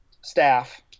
staff